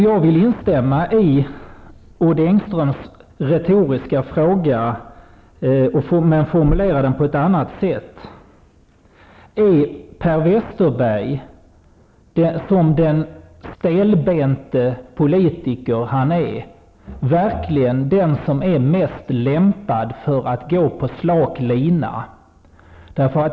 Jag vill instämma i Odd Engströms retoriska fråga, men jag formulerar den på ett annat sätt: Är Per Westerberg som den stelbente politiker han är verkligen den som är bäst lämpad för att gå på slak lina?